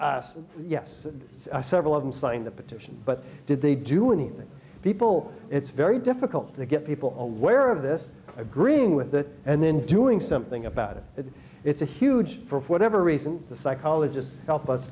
us yes several of them signed the petition but did they do anything people it's very difficult to get people aware of this agreeing with it and then doing something about it that it's a huge for whatever reason the psychologists help us